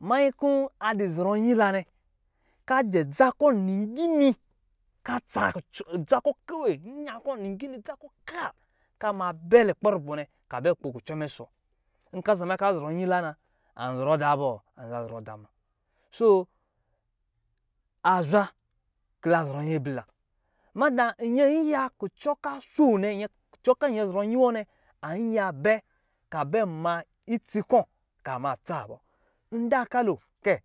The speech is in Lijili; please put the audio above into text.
munyi kɔ adɔ zɔrɔ nyilanɛ ka jɛ dza kɔ lumi nɔ ka dza ka ka ma bɛ lukpɛ rubɔ nɛ kobɛ kpo kucɔ mɛ ɔsɔ wɔ za ka zɔrɔ nuila na anzɔrɔ da bɔ anza zɔrɔ dama so azwa kɔ lazɔrɔ nyi blila kucɔ kɔ nyɛ zɔrɔ nyi w nɛ anyiya bɛ ka bɛ ma itsi kɔ ka ma tsa bɔ nda ka lokɛ